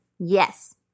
Yes